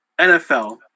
NFL